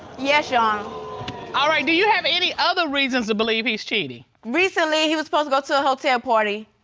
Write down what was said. yes, your honor. all right, do you have any other reasons to believe he's cheating? recently, he was supposed to go to a hotel party.